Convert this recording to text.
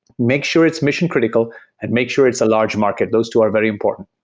make sure it's mission-critical and make sure it's a large market. those two are very important.